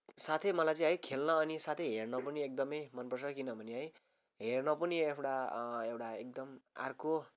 साथै मलाई चाहिँ है खेल्न अनि साथै हेर्न पनि एकदमै मनपर्छ किनभने है हेर्न पनि एउटा एउटा एकदम अर्को